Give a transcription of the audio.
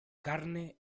carne